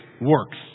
works